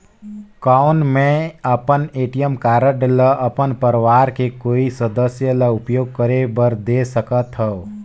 कौन मैं अपन ए.टी.एम कारड ल अपन परवार के कोई सदस्य ल उपयोग करे बर दे सकथव?